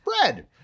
bread